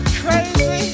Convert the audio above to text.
crazy